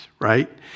Right